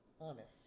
honest